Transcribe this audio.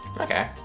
Okay